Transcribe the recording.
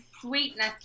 sweetness